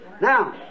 Now